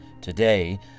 Today